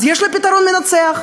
יש לה פתרון מנצח: